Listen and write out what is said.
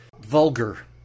vulgar